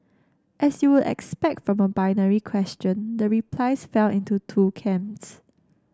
as you would expect from a binary question the replies fell into two camps